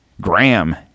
Graham